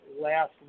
last